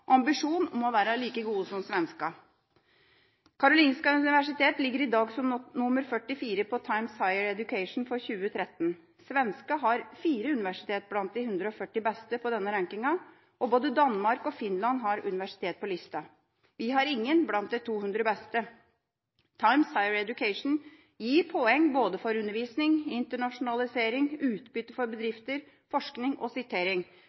ambisjon om å være like gode som svenskene. Karolinska Institutet ligger i dag som nr. 44 på Times Higher Education for 2013. Svenskene har fire universitet blant de 140 beste på denne rankingen, og både Danmark og Finland har universitet på lista. Vi har ingen blant de 200 beste. Times Higher Education gir poeng for både undervisning, internasjonalisering, utbytte for bedrifter, forskning og sitering.